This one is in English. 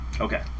Okay